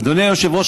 אדוני היושב-ראש,